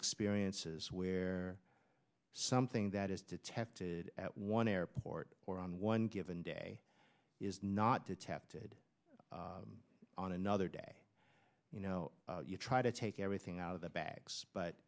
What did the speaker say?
experiences where something that is detected at one airport or on one given day is not detected on another day you know you try to take everything out of the bags but